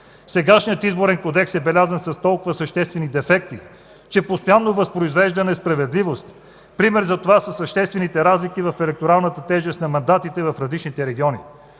Сегашният Изборен кодекс е белязан с толкова съществени дефекти, че постоянно възпроизвежда несправедливост. Пример за това са съществените разлики в електоралната тежест на мандатите в различните региони.